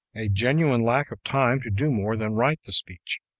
a genuine lack of time to do more than write the speech.